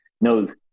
knows